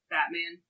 Batman